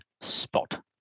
spot